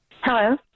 Hello